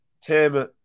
Tim